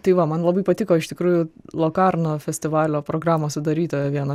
tai va man labai patiko iš tikrųjų lokarno festivalio programos sudarytojo vieno